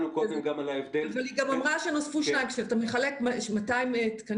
בדיוק מה שנקרא את ועדת הנדסמרק שקבעה את מספר האחיות למיטה,